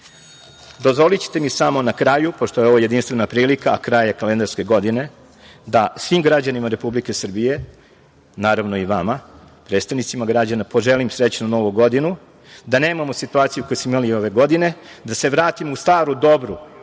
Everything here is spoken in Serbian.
ličnosti. Dozvolićete mi samo na kraju, pošto je ovo jedinstvena prilika, a kraj je kalendarske godine, da svim građanima Republike Srbije, naravno i vama predstavnicima građana, poželim srećnu Novu godinu, da nemamo situaciju koju smo imali ove godine, da se vratimo u staru dobru,